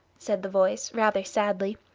said the voice, rather sadly.